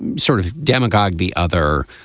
sort of demagogue the other.